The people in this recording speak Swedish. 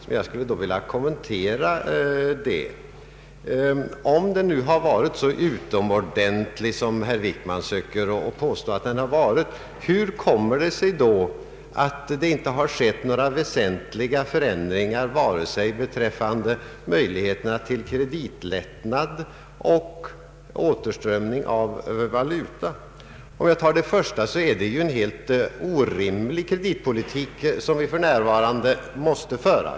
Om regeringens finanspolitik nu har varit så utomordentlig som statsrådet Wickman påstår att den har varit, hur kommer det sig då att det inte har skett några väsentliga förändringar vare sig beträffande möjligheterna till kreditlättnader eller återströmning av valuta? Om man ser till det förstnämnda så är det en helt omöjlig kreditpolitik som vi för närvarande måste föra.